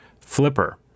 Flipper